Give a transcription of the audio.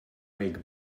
make